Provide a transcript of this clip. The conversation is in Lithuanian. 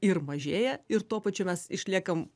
ir mažėja ir tuo pačiu mes išliekam